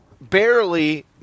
barely